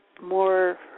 more